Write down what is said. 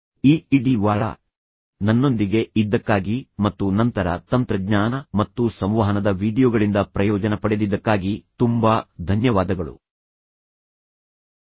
ಈ ಇಡೀ ವಾರ ನನ್ನೊಂದಿಗೆ ಇದ್ದಕ್ಕಾಗಿ ಮತ್ತು ನಂತರ ತಂತ್ರಜ್ಞಾನ ಮತ್ತು ಸಂವಹನದ ವೀಡಿಯೊಗಳಿಂದ ಪ್ರಯೋಜನ ಪಡೆದಿದ್ದಕ್ಕಾಗಿ ತುಂಬಾ ಧನ್ಯವಾದಗಳು